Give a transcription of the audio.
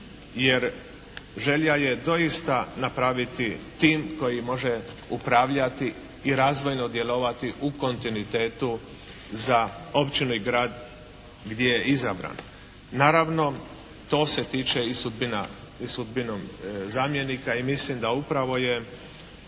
jer želja je doista napraviti tim koji može upravljati i razvojno djelovati u kontinuitetu za općinu i grad gdje je izabran. Naravno to se tiče i sudbinom zamjenika i mislim da upravo je